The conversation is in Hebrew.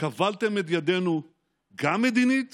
כבלתם את ידינו גם מדינית